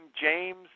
James